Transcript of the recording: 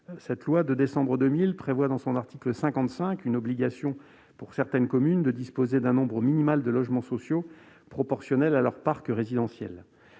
cette loi de décembre 2000 prévoit l'obligation pour certaines communes de disposer d'un nombre minimal de logements sociaux proportionnel à leur parc résidentiel.